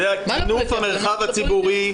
זה טינוף המרחב הציבורי.